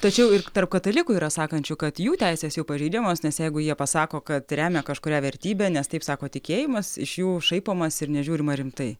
tačiau ir tarp katalikų yra sakančių kad jų teisės jau pažeidžiamos nes jeigu jie pasako kad remia kažkurią vertybę nes taip sako tikėjimas iš jų šaipomasi ir nežiūrima rimtai